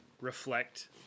reflect